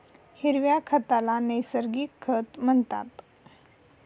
हिरव्या खताला नैसर्गिक खत म्हणतात